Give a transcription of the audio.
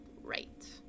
Right